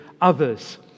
others